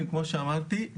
כפי שאמרתי,